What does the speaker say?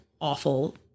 awful